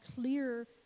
clear